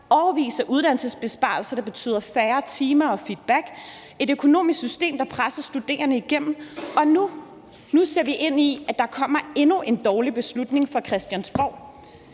årelange uddannelsesbesparelser, der betyder færre timer og mindre feedback, og et økonomisk system, der presser studerende igennem. Og nu ser vi ind i, at der kommer endnu en dårlig beslutning fra Christiansborgs